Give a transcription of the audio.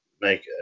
make